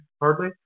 hardly